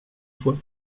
fois